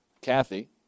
Kathy